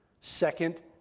second